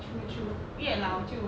true true 越老就